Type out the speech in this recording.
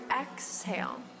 exhale